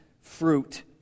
fruit